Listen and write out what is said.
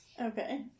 Okay